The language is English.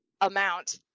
amount